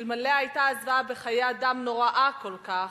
שאלמלא היתה הזוועה בחיי אדם נוראה כל כך,